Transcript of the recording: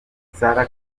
sarah